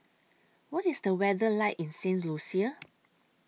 What IS The weather like in Saint Lucia